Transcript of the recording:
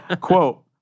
Quote